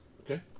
Okay